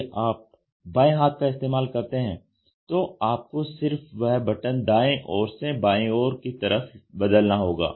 यदि आप बाएं हाथ का इस्तेमाल करते हैं तो आपको सिर्फ वह बटन दाएं ओर से बाएं ओर की तरफ बदलना होगा